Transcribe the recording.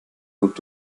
gut